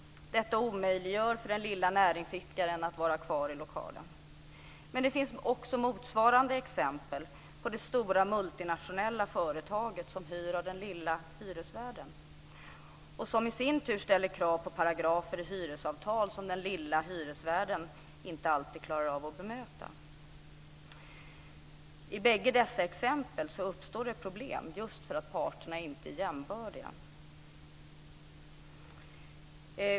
Detta omöjliggör för den lilla näringsidkaren att vara kvar i lokalen. Men det finns också motsvarande exempel på det stora multinationella företaget som hyr av den lilla hyresvärden och som i sin tur ställer krav på paragrafer i hyresavtal som den lilla hyresvärden inte alltid klarar av att bemöta. I bägge dessa exempel kan det uppstå problem just därför att parterna inte är jämbördiga.